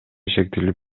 шектелип